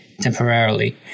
temporarily